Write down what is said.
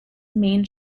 main